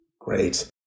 Great